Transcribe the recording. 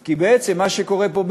משרד מיוחד כי בעצם מה שקורה פה,